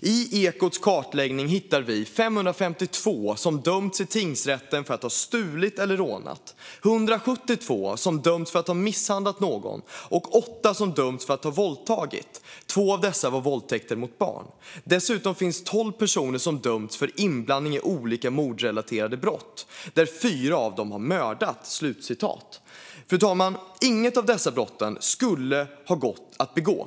"I Ekots kartläggning hittar vi 552 som dömts i tingsrätt för att ha stulit eller rånat, 172 som dömts för att ha misshandlat någon och åtta som dömts för att ha våldtagit. Två av dessa var våldtäkter mot barn. Dessutom finns 12 personer som dömts för inblandning i olika mordrelaterade brott, där fyra av dem har mördat." Fru talman! Inget av dessa brott borde ha gått att begå.